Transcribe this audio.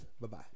Bye-bye